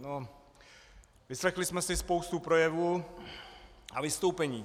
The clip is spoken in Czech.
No, vyslechli jsme si spoustu projevů a vystoupení.